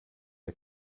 der